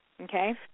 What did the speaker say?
Okay